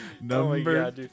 number